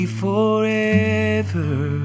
forever